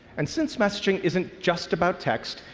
and since messaging isn't just about text,